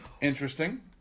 Interesting